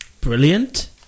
Brilliant